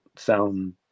sound